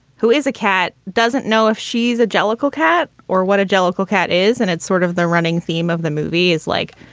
who is a cat, doesn't know if she's a jellicoe cat or what a jellicoe cat is. and it's sort of the running theme of the movie is like,